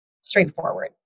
straightforward